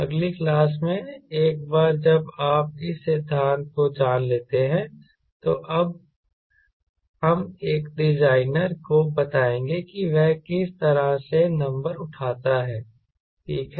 अगली क्लास में एक बार जब आप इस सिद्धांत को जान लेते हैं तो अब हम एक डिज़ाइनर को बताएंगे कि वह किस तरह से नंबर उठाता है ठीक है